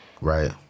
Right